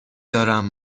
دارم